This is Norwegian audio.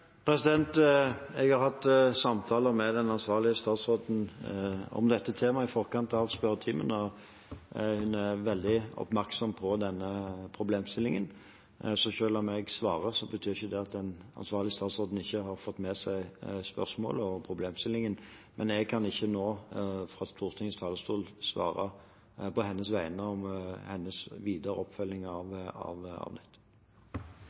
Jeg har hatt samtaler med den ansvarlige statsråden om dette temaet i forkant av spørretimen, og hun er veldig oppmerksom på problemstillingen. Selv om jeg svarer, betyr ikke det at den ansvarlige statsråden ikke har fått med seg spørsmålet og problemstillingen, men jeg kan ikke nå, fra Stortingets talerstol, på hennes vegne svare om den videre oppfølgingen av